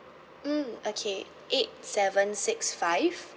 mm okay eight seven six five